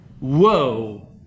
Whoa